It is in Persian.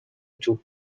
توپ